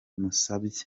musabye